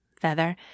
feather